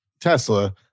Tesla